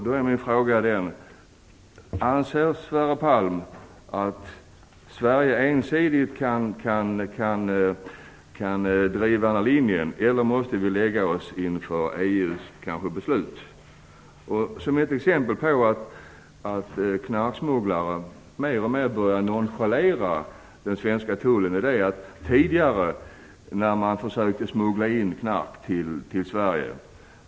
Då är min fråga: Anser Sverre Palm att Sverige ensidigt kan driva den här linjen, eller måste vi böja oss inför EU:s beslut? Jag kan ge ett exempel på att knarksmugglare alltmer börjar nonchalera den svenska tullen. Tidigare gömde de knarket när de försökte smuggla det till Sverige.